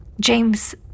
James